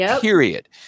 period